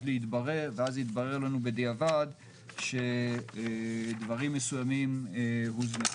יתברר לנו בדיעבד שדברים מסוימים הוזנחו.